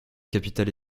capitale